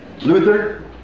Luther